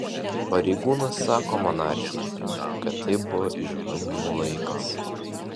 pareigūnas sako monarchei kad tai buvo išbandymų laikas